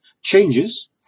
changes